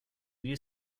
new